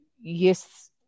yes